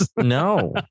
No